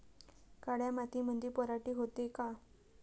काळ्या मातीमंदी पराटी होते का?